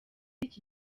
iki